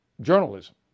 journalism